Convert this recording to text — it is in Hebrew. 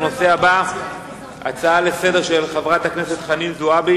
לפנינו הצעה לסדר-היום של חברת הכנסת חנין זועבי